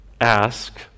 ask